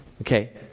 Okay